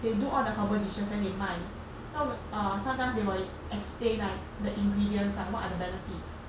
they do all the herbal dishes then they 卖 so err sometimes they will explain like the ingredients like what are the benefits